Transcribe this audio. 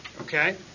Okay